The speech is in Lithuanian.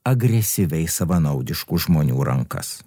agresyviai savanaudiškų žmonių rankas